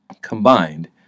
combined